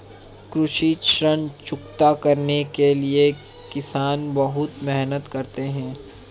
कृषि ऋण चुकता करने के लिए किसान बहुत मेहनत करते हैं